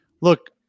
look